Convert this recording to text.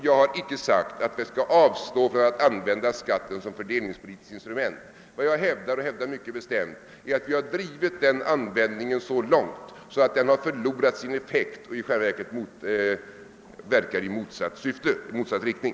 Jag har icke sagt att vi bör avstå från att använda beskattningen som fördelningspolitiskt instrument, men jag hävdar att vi har drivit den användningen så långt att den har förlorat sin effekt och verkar i motsatt riktning.